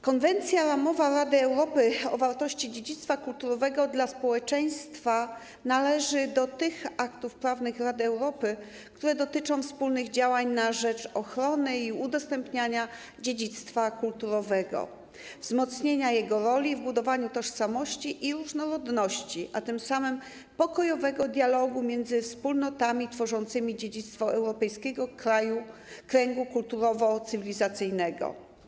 Konwencja ramowa Rady Europy o wartości dziedzictwa kulturowego dla społeczeństwa należy do tych aktów prawnych Rady Europy, które dotyczą wspólnych działań na rzecz ochrony i udostępniania dziedzictwa kulturowego, wzmocnienia jego roli w budowaniu tożsamości i różnorodności, a tym samym pokojowego dialogu między wspólnotami tworzącymi dziedzictwo europejskiego kręgu kulturowo-cywilizacyjnego.